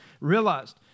realized